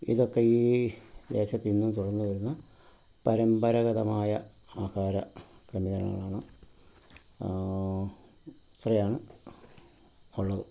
ഇതൊക്കെ ഈ ദേശത്ത് ഇന്നും തുടർന്നുവരുന്ന പരമ്പരഗതമായ ആഹാര സംവിധാനങ്ങളാണ് ഇത്രയാണ് ഉള്ളത്